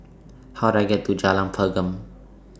How Do I get to Jalan Pergam